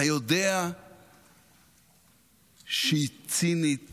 אתה יודע שהיא צינית